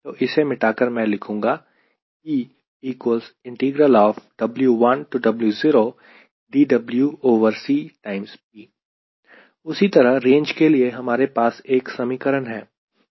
तो इसे मिटा कर मैं लिखूंगा उसी तरह रेंज के लिए हमारे पास एक समीकरण है